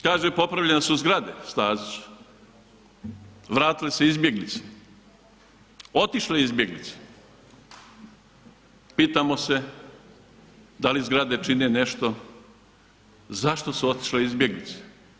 Kaže popravljene su zgrade, Stazić, vratile se izbjeglice, otišle izbjeglice, pitamo se da li zgrade čine nešto, zašto su otišle izbjeglice.